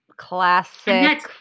classic